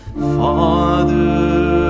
Father